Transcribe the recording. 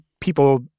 people